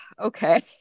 okay